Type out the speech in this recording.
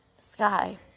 sky